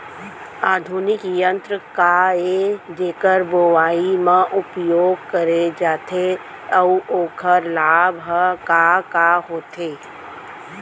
आधुनिक यंत्र का ए जेकर बुवाई म उपयोग करे जाथे अऊ ओखर लाभ ह का का होथे?